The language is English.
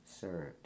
served